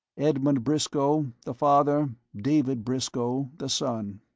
edmund briscoe the father, david briscoe the son.